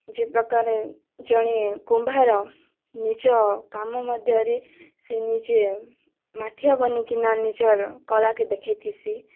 ଯେଉଁ ପ୍ରକାରେ ଜଣେ କୁମ୍ଭାର ନିଜ କାମ ମଧ୍ୟରେ ସେ ନିଜେ ମାଠିଆ ବନାଇକିନା ନିଜର କଳା କେ ଦେଖାଇଥିସି